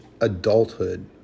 adulthood